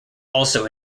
also